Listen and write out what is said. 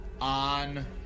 on